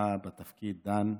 הצלחה בתפקיד, דן.